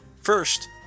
First